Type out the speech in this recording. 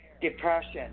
depression